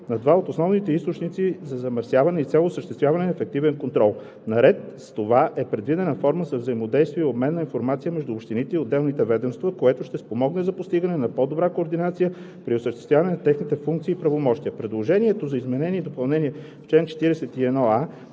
на два от основните източници за замърсяване и осъществяване на ефективен контрол. Наред с това е предвидена форма за взаимодействие и обмен на информация между общините и отделните ведомства, което ще спомогне за постигане на по-добра координация при осъществяване на техните функции и правомощия. Предложението за изменение и допълнение в чл. 41а